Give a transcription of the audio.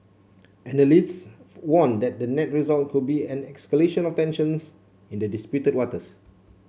analysts warn that the net result could be an escalation of tensions in the disputed waters